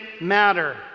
matter